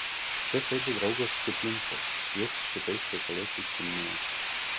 čia sėdi draugas čuplinskas jis šitais reikalais užsiiminėja